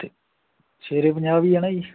ਅਤੇ ਸ਼ੇਰੇ ਪੰਜਾਬ ਹੀ ਆ ਨਾ ਜੀ